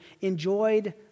enjoyed